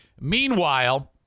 Meanwhile